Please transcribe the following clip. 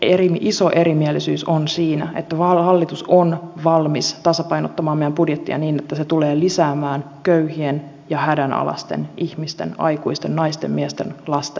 se iso erimielisyys on siinä että hallitus on valmis tasapainottamaan meidän budjettiamme niin että se tulee lisäämään köyhien ja hädänalaisten ihmisten aikuisten naisten miesten lasten määrää